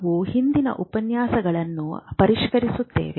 ನಾವು ಹಿಂದಿನ ಉಪನ್ಯಾಸಗಳನ್ನು ಪರಿಷ್ಕರಿಸುತ್ತೇವೆ